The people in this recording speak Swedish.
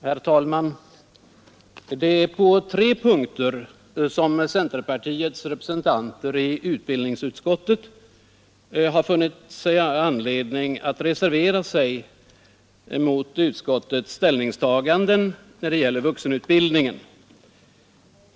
Herr talman! Det är på tre punkter som centerpartiets representanter i utbildningsutskottet har funnit anledning att reservera sig mot utskottets ställningstaganden i fråga om vuxenutbildningen.